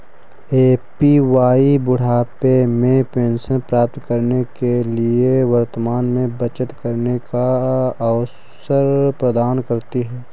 APY बुढ़ापे में pension प्राप्त करने के लिए वर्तमान में बचत करने का अवसर प्रदान करती है